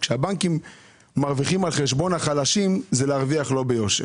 כשהבנקים מרוויחים על חשבון החלשים זה להרוויח לא ביושר.